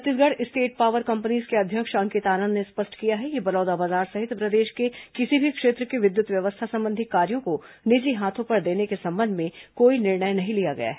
Chhattisgarh state power companies के अध्यक्ष अंकित आनंद ने स्पष्ट किया है कि बलौदाबाजार सहित प्रदेश के किसी भी क्षेत्र की विद्युत व्यवस्था संबंधी कार्यों को निजी हाथों पर देने के संबंध में कोई निर्णय नहीं लिया गया है